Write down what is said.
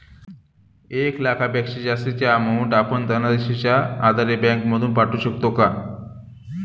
एक लाखापेक्षा जास्तची अमाउंट आपण धनादेशच्या आधारे बँक मधून पाठवू शकतो का?